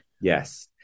Yes